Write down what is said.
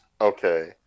Okay